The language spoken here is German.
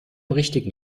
richtigen